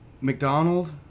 McDonald